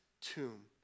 tomb